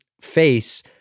face